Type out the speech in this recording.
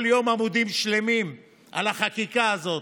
כל יום עמודים שלמים על החקיקה הזאת,